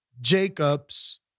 Jacobs